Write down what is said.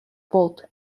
bold